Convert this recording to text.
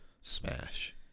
Smash